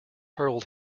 hurled